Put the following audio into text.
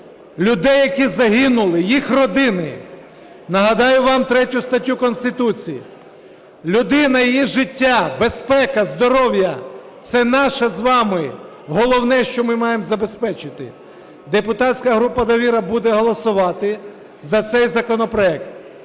людей, які загинули, їх родини. Нагадаю вам 3 статтю Конституції: людина, її життя, безпека, здоров'я – це наше з вами головне, що ми маємо забезпечити. Депутатська група "Довіра" буде голосувати за цей законопроект.